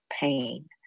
pain